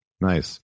Nice